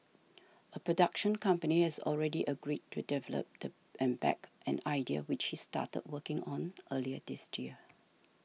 a production company has already agreed to develop the and back an idea which he started working on earlier this year